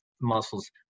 muscles